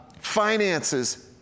finances